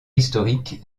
historique